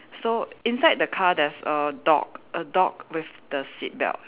so inside the car there's a dog a dog with the seat belt